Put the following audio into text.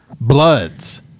Bloods